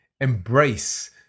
embrace